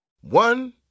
One